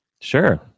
Sure